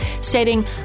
stating